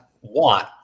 want